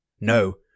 No